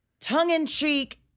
tongue-in-cheek